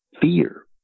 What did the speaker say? fear